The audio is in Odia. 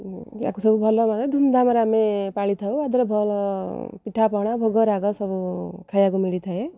ୟାକୁ ସବୁ ଭଲ ମାନେ ଧୁମ୍ଧାମ୍ରେ ଆମେ ପାଳିଥାଉ ଆଦେହରେ ଭଲ ପିଠାପଣା ଭୋଗ ରାଗ ସବୁ ଖାଇବାକୁ ମିଳିଥାଏ